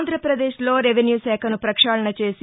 ఆంధ్రప్రదేశ్లో రెవెస్యూ శాఖను పక్షాళన చేసి